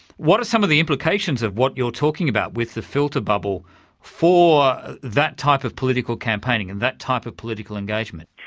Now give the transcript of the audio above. what are some of the implications of what you're talking about with the filter bubble for that type of political political campaigning and that type of political engagement?